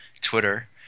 Twitter